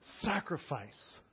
sacrifice